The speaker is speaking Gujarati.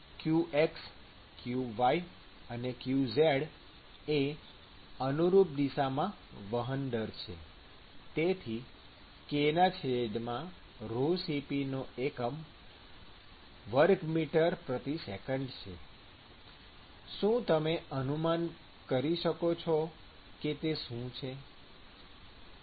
qx qy અને qz એ અનુરૂપ દિશામાં વહન દર છે તેથી k ρC p નો એકમ મી2સેકન્ડ છે શું તમે અનુમાન કરી શકો છો કે તે શું છે